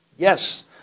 Yes